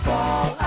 Fall